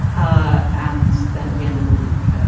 ah and then at the end of the week,